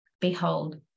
Behold